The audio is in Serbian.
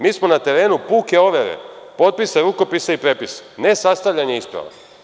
Mi smo na terenu puke overe potpisa, rukopisa i prepisa, ne sastavljanje isprava.